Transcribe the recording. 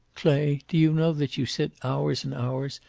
clay, do you know that you sit hours and hours,